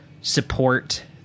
support